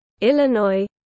Illinois